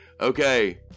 Okay